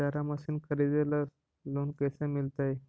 चारा मशिन खरीदे ल लोन कैसे मिलतै?